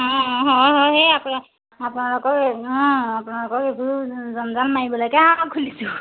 অঁ অঁ হয় হয় সেই আকৌ আপোনালোকৰ আপোনালোকৰ সেইবোৰ জঞ্জাল মাৰিবলৈকে আৰু খুলিছোঁ